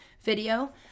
video